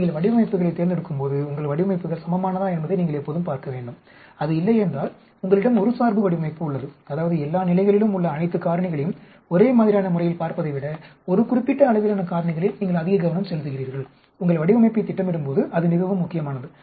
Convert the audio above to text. நீங்கள் வடிவமைப்புகளைத் தேர்ந்தெடுக்கும்போது உங்கள் வடிவமைப்புகள் சமமானதா என்பதை நீங்கள் எப்போதும் பார்க்க வேண்டும் அது இல்லையென்றால் உங்களிடம் ஒருசார்பு வடிவமைப்பு உள்ளது அதாவது எல்லா நிலைகளிலும் உள்ள அனைத்து காரணிகளையும் ஒரே மாதிரியான முறையில் பார்ப்பதை விட ஒரு குறிப்பிட்ட அளவிலான காரணிகளில் நீங்கள் அதிக கவனம் செலுத்துகிறீர்கள் உங்கள் வடிவமைப்பைத் திட்டமிடும்போது அது மிகவும் முக்கியமானது